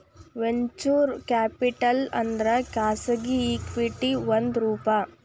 venture capital ಅಂದ್ರ ಖಾಸಗಿ equity ಒಂದ್ ರೂಪ